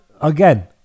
Again